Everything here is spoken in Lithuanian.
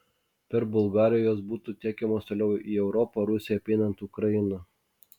per bulgariją jos būtų tiekiamos toliau į europą rusijai apeinant ukrainą